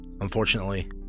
Unfortunately